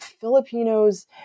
Filipinos